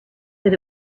that